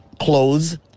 clothes